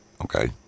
okay